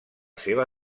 seva